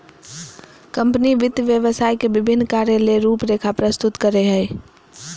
company वित्त व्यवसाय के विभिन्न कार्य ले रूपरेखा प्रस्तुत करय हइ